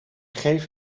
geeft